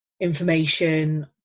information